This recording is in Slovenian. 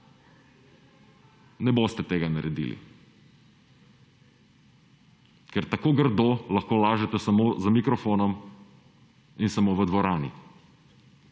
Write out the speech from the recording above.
Ne boste tega naredili, ker tako grdo lahko lažete samo z mikrofonom in samo v dvorani.